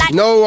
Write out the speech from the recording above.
no